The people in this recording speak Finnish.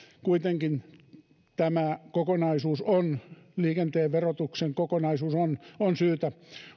kuitenkin tämä kokonaisuus liikenteen verotuksen kokonaisuus on on syytä